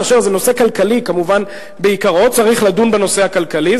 כאשר זה נושא כלכלי בעיקרו צריך לדון בנושא הכלכלי,